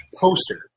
Poster